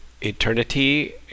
Eternity